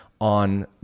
on